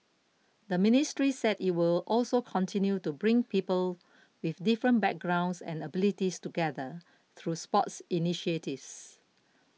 the ministry said it will also continue to bring people with different backgrounds and abilities together through sports initiatives